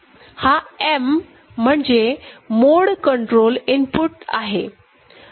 हा M म्हणजे mode control input input आहे